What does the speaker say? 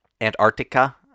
Antarctica